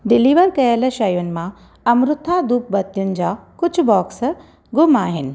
deliver कयल शयुनि मां अम्रुथा धूप बतियुनि जा कुझु बाक्स गुमु आहिनि